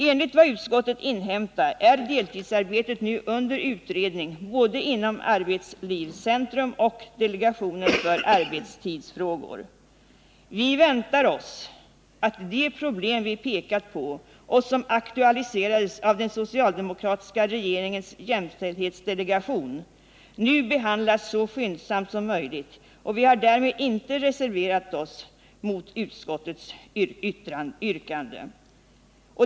Enligt vad utskottet inhämtat är deltidsarbetet nu under utredning både inom arbetslivscentrum och inom delegationen för arbetstidsfrågor. Vi väntar oss att de problem som vi pekat på och som aktualiserades av den socialdemokratiska regeringens jämställdhetsdelegation nu behandlas så skyndsamt som möjligt, och vi har därmed inte reserverat oss mot utskottets yrkande.